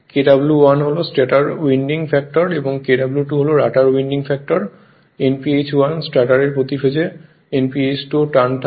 Kw1 হল stator winding factor এবং Kw2 rotor winding factor Nph1 stator এর প্রতি ফেজ এ Nph2 রটার টার্ন থাকে